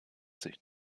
sich